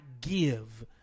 give